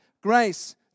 grace